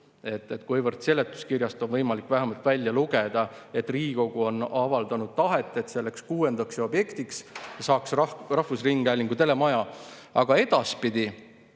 vähemasti seletuskirjast on võimalik välja lugeda, et Riigikogu on avaldanud tahet, et selleks kuuendaks objektiks saaks rahvusringhäälingu telemaja. Aga edaspidi,